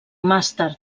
màster